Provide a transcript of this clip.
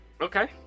Okay